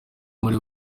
muri